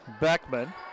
Beckman